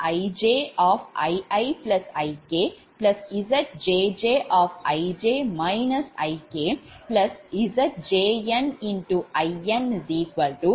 ZijIiIk